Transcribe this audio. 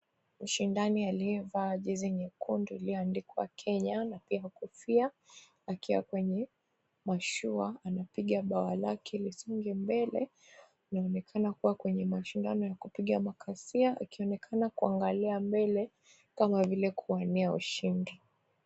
Mshindani aliyevaa jezi nyekundu iliyoandikwa Kenya na pia kufia akiwa kwenye mashua anapiga bawa lake lisonge mbele. Inaonekana kuwa kwenye mashindano ya kupiga makasia akionekana kuangalia mbele kama vile kuwania ushindi.